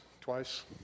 twice